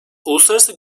uluslararası